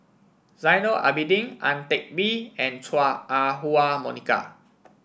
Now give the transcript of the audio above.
Zainal Abidin Ang Teck Bee and Chua Ah Huwa Monica